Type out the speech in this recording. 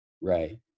Right